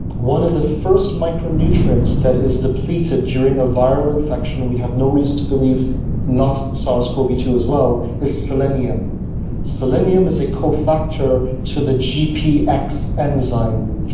one of the first micronutrients that is depleted during a viral infection, we have no reason to believe not sars covid two as well is selenium selenium is a co-factor to the gpx enzyme,